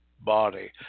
body